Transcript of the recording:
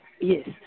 Yes